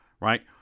right